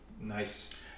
Nice